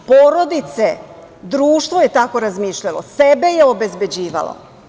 Porodice, društvo je tako razmišljalo, sebe je obezbeđivalo.